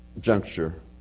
juncture